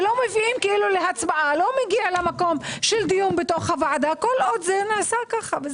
לא מגיע למקום של דיון בוועדה כל עוד זה נעשה ככה.